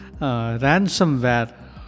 ransomware